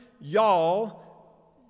y'all